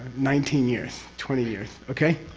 nineteen years, twenty years, okay?